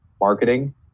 marketing